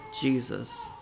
Jesus